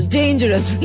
dangerous